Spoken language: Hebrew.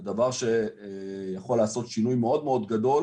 זה דבר שיכול לעשות שינוי מאוד מאוד גדול